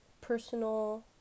personal